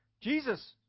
Jesus